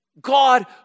God